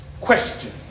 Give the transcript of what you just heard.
question